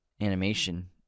animation